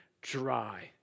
dry